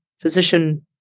physician